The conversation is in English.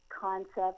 concept